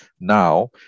now